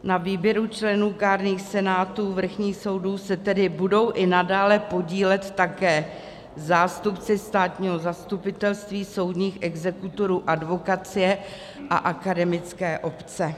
Na výběru členů kárných senátů vrchních soudů se tedy budou i nadále podílet také zástupci státního zastupitelství, soudních exekutorů, advokacie a akademické obce.